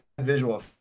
visual